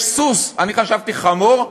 יש סוס, אני חשבתי חמור,